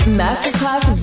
masterclass